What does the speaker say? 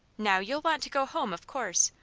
now, you'll want to go home, of course,